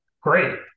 great